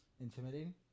Intimidating